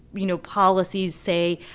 you know, policies, say,